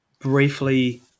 briefly